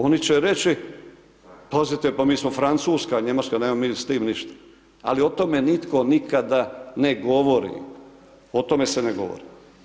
Oni će reći, pazite, pa mi smo Francuska, Njemačka, nemamo mi s tim ništa, ali o tome nitko nikada ne govori, o tome se ne govori.